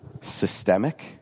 Systemic